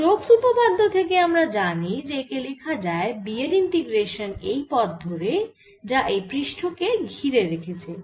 Stokes উপপাদ্য থেকে আমরা জানি যে একে লেখা যায় B এর ইন্টিগ্রেশান এই পথ ধরে যা এই পৃষ্ঠ কে ঘিরে রেখেছে